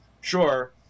Sure